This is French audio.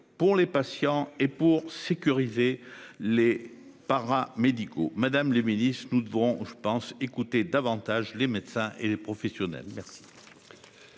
pour les patients et pour sécuriser les para-médicaux Madame les milices. Nous devons je pense écouter davantage les médecins et les professionnels. Merci